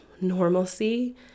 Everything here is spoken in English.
normalcy